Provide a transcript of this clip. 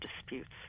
disputes